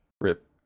Rip